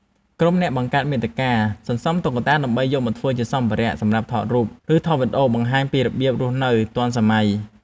ក្រុម អ្នកបង្កើតមាតិកា សន្សំតុក្កតាដើម្បីយកមកធ្វើជាសម្ភារៈសម្រាប់ថតរូប ឬថតវីដេអូបង្ហាញពីរបៀបរស់នៅទាន់សម័យ។